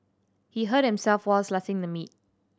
he hurt himself while slicing the meat